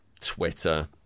Twitter